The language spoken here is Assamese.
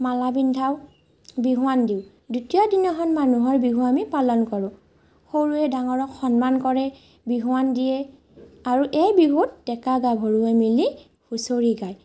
মালা পিন্ধাওঁ বিহুৱান দিওঁ দ্বিতীয় দিনাখন আমি মানুহৰ বিহু পালন কৰোঁ সৰুৱে ডাঙৰক সন্মান কৰে বিহুৱান দিয়ে আৰু এই বিহুত ডেকা গাভৰুৱে মিলি হুঁচৰি গায়